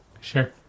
sure